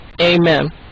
Amen